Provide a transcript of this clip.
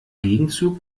gegenzug